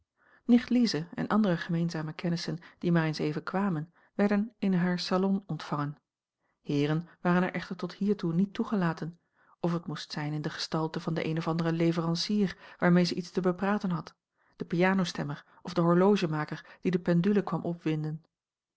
nicht lize en andere gemeenzame kennissen die maar eens even kwamen werden in haar salon ontvangen heeren waren er echter tot hiertoe niet toegelaten of het moest zijn in de gestalte van den een of anderen leverancier waarmee zij iets te bepraten had den pianostemmer of den horlogemaker die de pendule kwam opwinden